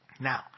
Now